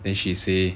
then she say